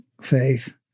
faith